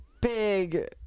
big